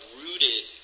rooted